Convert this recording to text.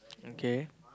okay